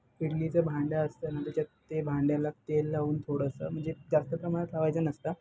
इडलीचं भांडं असतं ना त्याच्यात ते भांड्याला तेल लावून थोडंसं म्हणजे जास्त प्रमाणात लावायचं नसतं